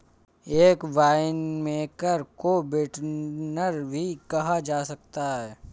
एक वाइनमेकर को विंटनर भी कहा जा सकता है